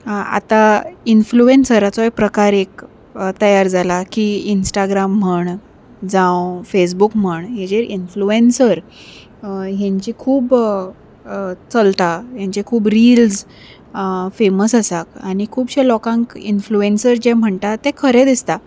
आतां इन्फ्लुएँसराचोय प्रकार एक तयार जाला की इंस्टाग्राम म्हण जावं फेसबूक म्हण हेजेर इन्फ्लुएन्सर हेंची खूब चलता हेंचे खूब रिल्स फेमस आसा आनी खुबशे लोकांक इन्फ्लुएँसर जे म्हणटा तें खरें दिसता